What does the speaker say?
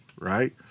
right